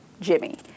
Jimmy